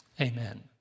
Amen